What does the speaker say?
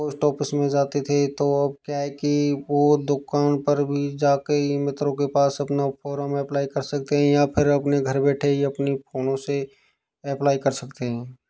post office में जाते थे तो अब क्या है कि वो दुकान पर भी जाके ई मित्रों के पास अपना फॉर्म एप्लाई कर सकते हैं या फिर अपने घर बैठे ही अपनी फोनों से एप्लाई कर सकते हैं